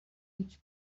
each